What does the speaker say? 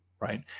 Right